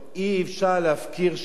אי-אפשר להפקיר שם